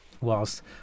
whilst